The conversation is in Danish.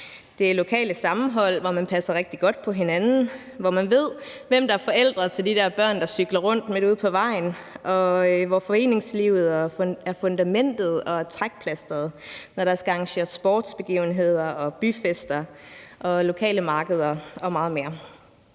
det lokale sammenhold, hvor man passer rigtig godt på hinanden, hvor man ved, hvem der er forældre til de der børn, der cykler rundt midt ude på vejen, og hvor foreningslivet er fundamentet og trækplasteret, når der skal arrangeres sportsbegivenheder, byfester, lokale markeder og meget mere;